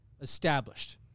established